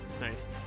Nice